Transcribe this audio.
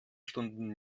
stunden